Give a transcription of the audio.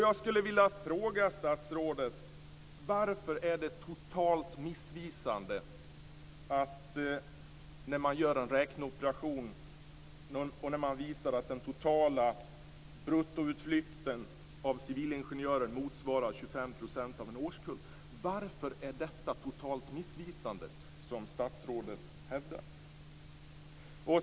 Jag skulle vilja fråga statsrådet varför det är totalt missvisande när man gör en räkneoperation och visar att den totala bruttoutflytten av civilingenjörer motsvarar 25 % av en årskull. Varför är detta totalt missvisande, som statsrådet hävdar?